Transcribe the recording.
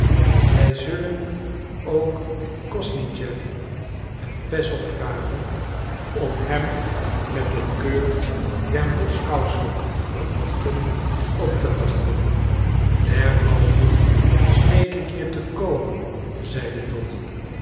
wij zullen ook kosnischew en peszow vragen om hem met de keur der moskousche vernuften op te wachten derhalve smeek ik je te komen zeide dolly